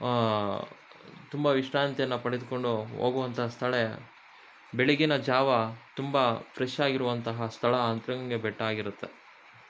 ತುಂಬ ವಿಶ್ರಾಂತಿಯನ್ನು ಪಡೆದುಕೊಂಡು ಹೋಗುವಂಥ ಸ್ಥಳ ಬೆಳಗಿನ ಜಾವ ತುಂಬ ಫ್ರೆಶ್ ಆಗಿರೊವಂತಹ ಸ್ಥಳ ಅಂತ್ರ ಗಂಗೆ ಬೆಟ್ಟ ಆಗಿರುತ್ತೆ